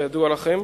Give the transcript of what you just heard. כידוע לכם,